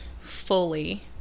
Fully